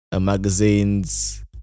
magazines